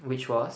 which was